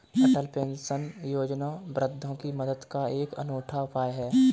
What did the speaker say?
अटल pension Yojana वृद्धों की मदद का एक अनूठा उपाय है